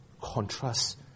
contrast